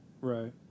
Right